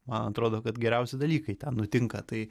man atrodo kad geriausi dalykai nutinka tai